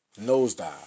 Nosedive